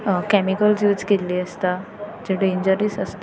chemicals use केल्लीं आसता तें डेंजरीस आसता